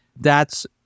That's-